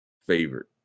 favorite